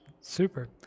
super